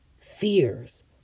fears